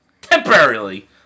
temporarily